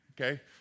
Okay